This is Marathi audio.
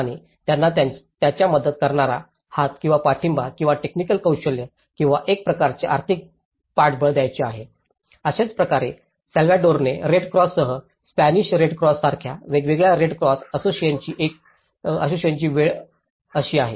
आणि त्यांना त्यांचा मदत करणारा हात किंवा पाठिंबा किंवा टेकनिक कौशल्य किंवा एक प्रकारचे आर्थिक पाठबळ द्यायचे आहे अशाच प्रकारे साल्वादोरन रेड क्रॉससह स्पॅनिश रेड क्रॉससारख्या वेगवेगळ्या रेड क्रॉस असोसिएशनची वेळ अशी आहे